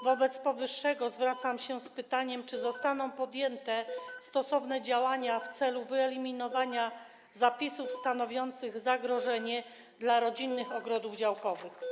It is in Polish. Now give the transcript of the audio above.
Wobec powyższego zwracam się z pytaniem: Czy zostaną podjęte stosowne działania w celu wyeliminowania zapisów stanowiących zagrożenie dla rodzinnych ogrodów działkowych?